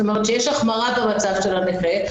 שיש החמרה במצב של הנכה,